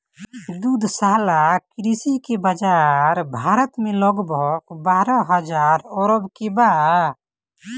दुग्धशाला कृषि के बाजार भारत में लगभग बारह हजार अरब के बा